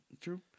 true